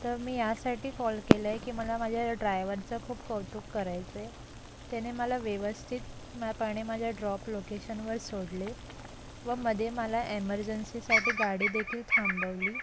तर मी ह्यासाठी कॉल केला आहे की मला माझ्या ड्रायवरचं खूप कौतुक करायचं आहे त्याने मला व्यवस्थित म पणे माझ्या ड्रॉप लोकेशनवर सोडले व मध्ये मला एमर्जन्सीसाठी गाडीदेखील थांबवली